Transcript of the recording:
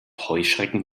heuschrecken